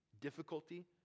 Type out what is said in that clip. difficulty